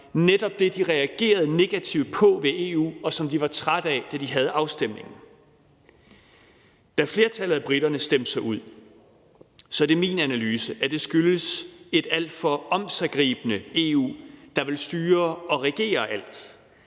netop det, briterne reagerede negativt på ved EU, og som de var trætte af, da de havde afstemningen, hvor flertallet af briterne stemte sig ud. Så det er min analyse, at det skyldes et alt for omsiggribende EU, der vil styre og regere alt,